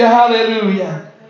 Hallelujah